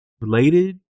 related